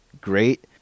Great